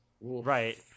Right